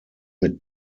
mit